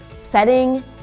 setting